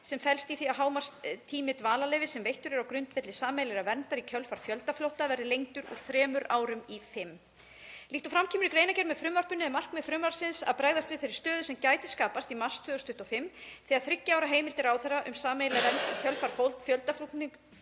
sem felst í því að hámarkstími dvalarleyfa sem veitt eru á grundvelli sameiginlegrar verndar í kjölfar fjöldaflótta verði lengdur úr þremur árum í fimm. Líkt og fram kemur í greinargerð með frumvarpinu er markmið frumvarpsins að bregðast við þeirri stöðu sem gæti skapast í mars 2025 þegar þriggja ára heimild ráðherra um sameiginlega vernd í kjölfar fjöldaflótta